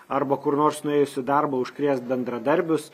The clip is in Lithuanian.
arba kur nors nuėjus į darbą užkrėst bendradarbius